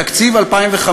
בתקציב 2015,